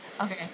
Okay